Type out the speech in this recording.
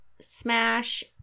smash